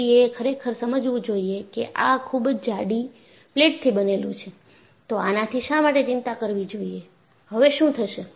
વ્યક્તિએ ખરેખર સમજવું જોઈએ કે આ ખૂબ જ જાડી પ્લેટથી બનેલું છે તો આની શા માટે ચિંતા કરવી જોઈએ હવે શું થશે